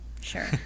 Sure